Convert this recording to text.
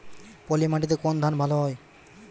পলিমাটিতে কোন ধান ভালো হয়?